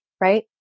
Right